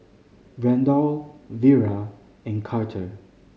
Randall Vira and Carter